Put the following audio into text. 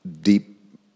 deep